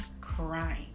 crying